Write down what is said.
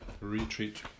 retreat